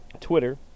Twitter